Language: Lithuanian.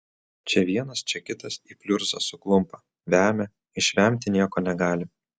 čia vienas čia kitas į pliurzą suklumpa vemia išvemti nieko negali